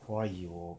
话语我